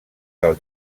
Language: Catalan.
del